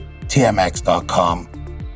tmx.com